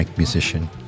Musician